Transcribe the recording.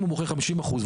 אם הוא מוכר חמישים אחוז,